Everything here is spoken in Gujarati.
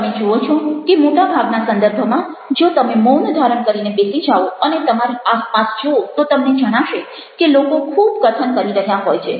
તમે જુઓ છો કે મોટા ભાગના સંદર્ભમાં જો તમે મૌન ધારણ કરીને બેસી જાઓઅને તમારી આસપાસ જુઓ તો તમને જણાશે કે લોકો ખૂબ કથન કરી રહ્યા હોય છે